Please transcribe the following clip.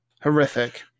Horrific